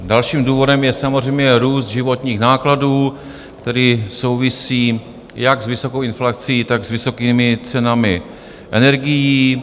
Dalším důvodem je samozřejmě růst životních nákladů, který souvisí jak s vysokou inflací, tak s vysokými cenami energií.